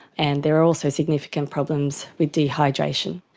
and there are also significant problems with dehydration.